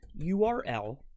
URL